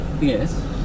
Yes